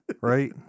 Right